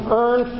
earn